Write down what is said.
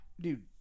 dude